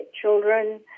children